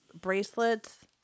bracelets